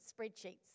spreadsheets